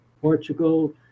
Portugal